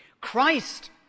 Christ